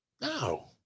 No